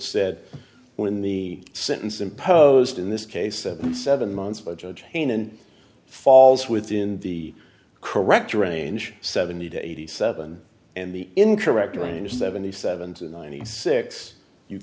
said when the sentence imposed in this case seven months by jane and falls within the correct range seventy to eighty seven and the incorrect range seventy seven to ninety six you